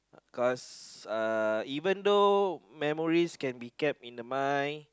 cause uh even though memories can be kept in the mind